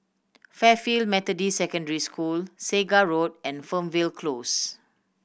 Fairfield Methodist Secondary School Segar Road and Fernvale Close